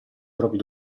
propri